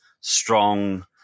strong